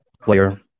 player